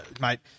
Mate